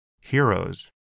heroes